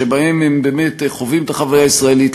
שבהן הם באמת חווים את החוויה הישראלית,